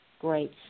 Great